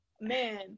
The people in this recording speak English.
man